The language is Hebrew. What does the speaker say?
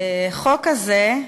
החוק הזה,